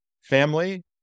family